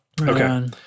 Okay